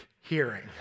hearing